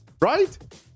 Right